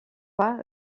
pas